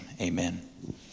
amen